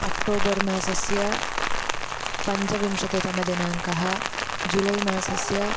October मासस्य पञ्चविंशतितमदिनाङ्कः जुलै मासस्य